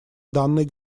данной